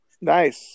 nice